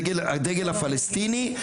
בדגל הפלסטיני,